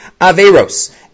averos